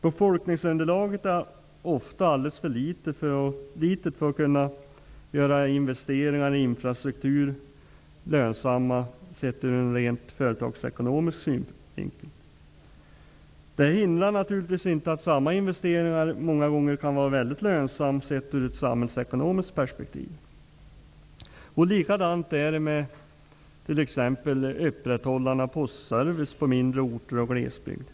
Befolkningsunderlaget är ofta alldeles för litet för att man, sett ut ur en rent företagsekonomiskt synvinkel, skall kunna göra investeringar i infrastruktur lönsamma. Det hindrar naturligtvis inte att samma slags investeringar sett ur ett samhällsekonomiskt perspektiv många gånger kan vara väldigt lönsamma. Likadant är det exempelvis med upprätthållandet av postservice på mindre orter och glesbygd.